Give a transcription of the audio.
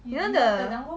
you know the